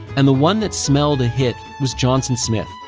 and the one that smelled a hit, was johnson smith.